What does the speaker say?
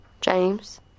James